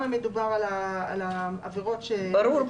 ברור.